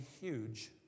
huge